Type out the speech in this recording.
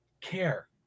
care